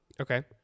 Okay